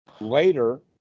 Later